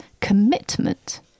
commitment